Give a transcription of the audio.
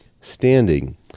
standing